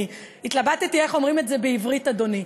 אני התלבטתי איך אומרים את זה בעברית, אדוני.